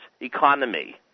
economy